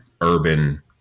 urban